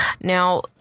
Now